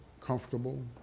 comfortable